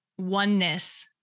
oneness